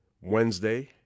Wednesday